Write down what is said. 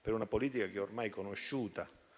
per una politica che è ormai conosciuta,